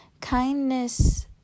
Kindness